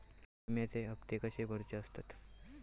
विम्याचे हप्ते कसे भरुचे असतत?